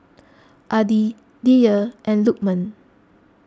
Adi Dhia and Lukman